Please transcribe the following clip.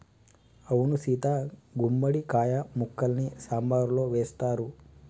అవును సీత గుమ్మడి కాయ ముక్కల్ని సాంబారులో వేస్తారు